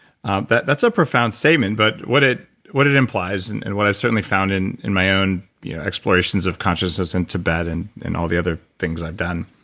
um that's a profound statement. but what it what it implies and and what i've certainly found in in my own explorations of consciousness in tibet and and all the other things i've done,